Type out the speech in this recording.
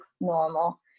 normal